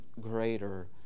greater